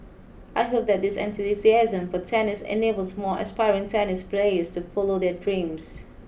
I hope that this enthusiasm for tennis enables more aspiring tennis players to follow their dreams